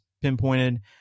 pinpointed